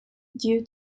due